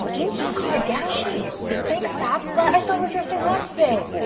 and engine car. dasheen thanks, bob. but i thought we're dressing hot today.